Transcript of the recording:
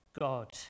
God